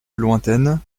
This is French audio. lointaine